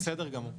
בסדר גמור.